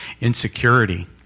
insecurity